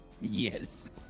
Yes